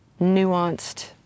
nuanced